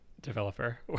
developer